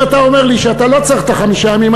אם אתה אומר לי שאתה לא צריך את חמשת הימים,